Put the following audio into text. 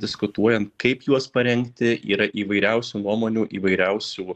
diskutuojant kaip juos parengti yra įvairiausių nuomonių įvairiausių